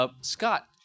Scott